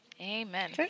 Amen